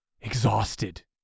exhausted